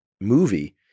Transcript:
movie